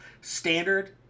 standard